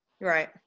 Right